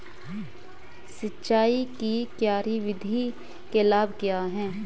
सिंचाई की क्यारी विधि के लाभ क्या हैं?